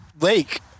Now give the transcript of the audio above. lake